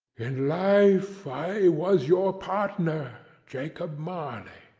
in life i was your partner, jacob marley.